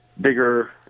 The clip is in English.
bigger